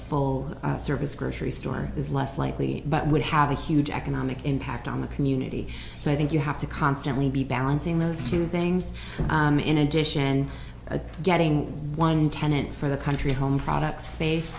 full service grocery store is less likely but would have a huge economic impact on the community so i think you have to constantly be balancing those two things in addition of getting one tenant for the country home product space